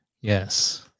yes